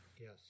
Yes